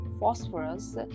phosphorus